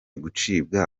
gucibwa